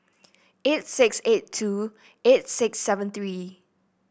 eight six eight two eight six seven three